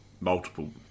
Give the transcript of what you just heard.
multiple